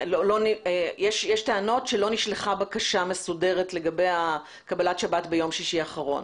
יש טענות שלא נשלחה בקשה מסודרת לגבי קבלת שבת ביום שישי האחרון.